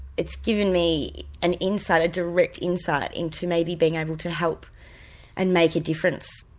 it's given me an insight, a direct insight into maybe being able to help and make a difference.